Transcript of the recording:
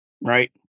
right